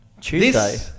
Tuesday